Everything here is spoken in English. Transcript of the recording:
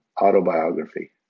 autobiography